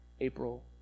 April